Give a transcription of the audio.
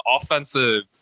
offensive